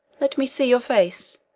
let me see your face.